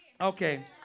Okay